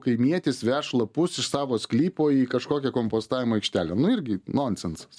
kaimietis veš lapus iš savo sklypo į kažkokią kompostavimo aikštelę nu irgi nonsensas